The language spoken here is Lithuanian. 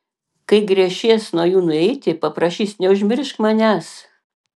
kai gręšies nuo jų nueiti paprašys neužmiršk manęs